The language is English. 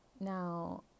now